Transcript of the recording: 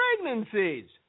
pregnancies